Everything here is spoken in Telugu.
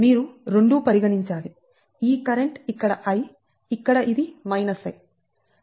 మీరు రెండూ పరిగణించాలి ఈ కరెంట్ ఇక్కడ I ఇక్కడ ఇది I